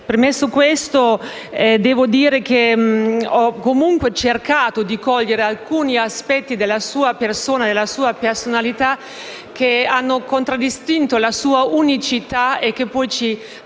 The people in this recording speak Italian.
le sue gesta. Tuttavia, ho comunque cercato di cogliere alcuni aspetti della sua persona e della sua personalità, che hanno contraddistinto la sua unicità e ci hanno